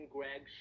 Greg